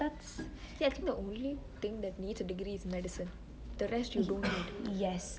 ya I think the only thing that needs a degree is medicine the rest you don't need